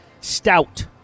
stout